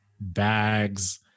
bags